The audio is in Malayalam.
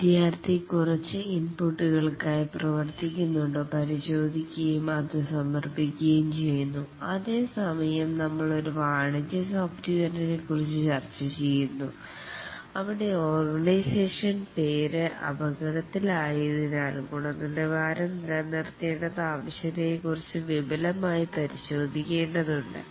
വിദ്യാർത്ഥി കുറച്ച് ഇൻപുട്ടുകൾക്കായി പ്രവർത്തിക്കുന്നുണ്ടോ പരിശോധിക്കുകയും അത് സമർപ്പിക്കുകയും ചെയ്യുന്നു അതേ സമയം നമ്മൾ ഒരു വാണിജ്യ സോഫ്റ്റ്വെയറിനെ കുറിച്ച് ചർച്ച ചെയ്യുന്നു അവിടെ ഓർഗനൈസേഷൻ പേര് അപകടത്തിൽ ആയതിനാൽ ഗുണനിലവാരം നിലനിർത്തേണ്ടത് ആവശ്യകയെകുറിച്ചു വിപുലമായി പരിശോധിക്കേണ്ടതുണ്ട്